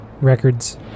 Records